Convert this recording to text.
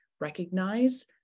recognize